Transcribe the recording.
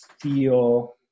feel